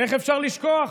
איך אפשר לשכוח,